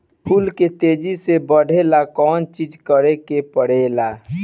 फूल के तेजी से बढ़े ला कौन चिज करे के परेला?